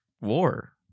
war